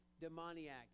Demoniac